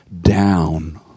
down